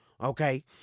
Okay